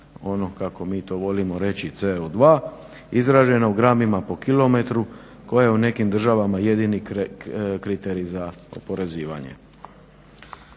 ono kako mi to volimo reći CO2 izraženo u gramima po kilometru koji je u nekim državama jedini kriterij za oporezivanje.